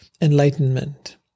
enlightenment